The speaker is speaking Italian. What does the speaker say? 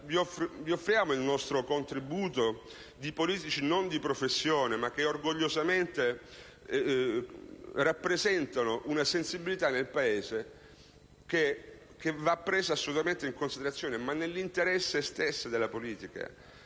vi offriamo il nostro contributo di politici non di professione, ma che orgogliosamente rappresentano una sensibilità nel Paese, che va presa assolutamente in considerazione nell'interesse stesso della politica.